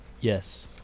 Yes